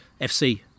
FC